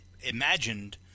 imagined